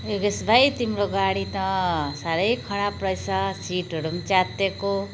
योगेस भाइ तिम्रो गाडी त साह्रै खराब रहेछ सिटहरू पनि च्यातिएको